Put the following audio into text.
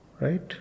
Right